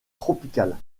tropicales